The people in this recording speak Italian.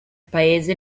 paese